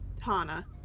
Hana